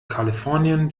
kalifornien